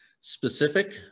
specific